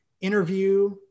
interview